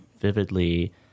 vividly